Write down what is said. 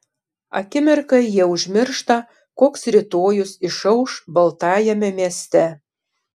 akimirkai jie užmiršta koks rytojus išauš baltajame mieste